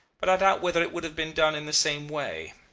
but i doubt whether it would have been done in the same way.